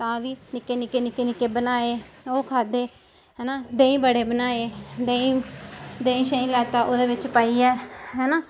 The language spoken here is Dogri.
तां बी निक्के निक्के निक्के बनाए ओह् खाद्धे हैना देहीं बड़़े बनाए देहीं देहीं शेईं लैता ओह्दे बिच पाइयै हैना